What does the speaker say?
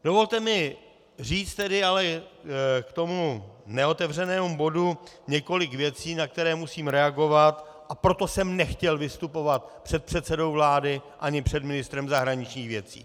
Dovolte mi říct k tomu neotevřenému bodu několik věcí, na které musím reagovat, a proto jsem nechtěl vystupovat před předsedou vlády ani před ministrem zahraničních věcí.